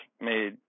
made